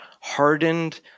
hardened